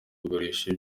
kugurisha